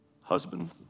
Husband